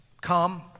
come